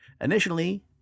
Initially